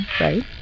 right